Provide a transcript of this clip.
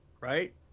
right